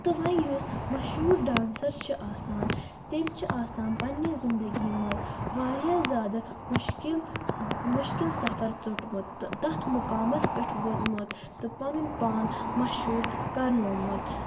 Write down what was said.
تہٕ وۄنۍ یُس مشہوٗر ڈانسَر چھِ آسان تٔمۍ چھِ آسان پَنٛنہِ زِندٕگی منٛز واریاہ زیادٕ مُشکل مُشکل سَفر ژوٚٹمُت تہٕ تَتھ مُقامَس پٮ۪ٹھ ووتمُت تہٕ پَنُن پان مشہوٗر کرنومُت